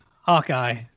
Hawkeye